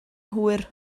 hwyr